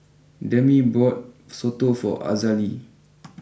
Demi bought Soto for Azalee